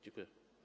Dziękuję.